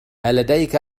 ألديك